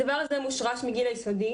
הדבר הזה מושרש מהגיל היסודי,